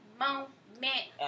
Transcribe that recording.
moment